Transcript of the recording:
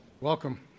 Welcome